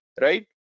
right